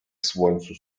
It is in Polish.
słońcu